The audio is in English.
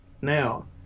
Now